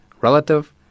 relative